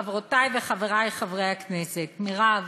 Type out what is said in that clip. חברותי וחברי הכנסת, מירב,